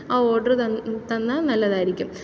ആ ഓഡ്റ് തന്നാൽ നല്ലതായിരിക്കും